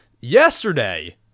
yesterday